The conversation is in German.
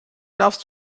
darfst